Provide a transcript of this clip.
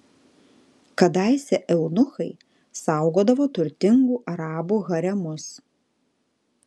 kadaise eunuchai saugodavo turtingų arabų haremus